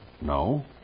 No